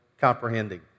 comprehending